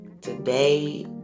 today